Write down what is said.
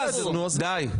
טור פז, די.